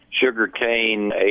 sugarcane